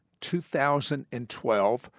2012